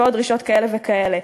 ועוד דרישות כאלה וכאלה.